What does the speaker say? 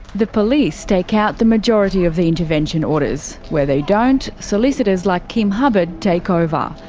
the police take out the majority of the intervention orders. where they don't, solicitors like kim hubbard take over.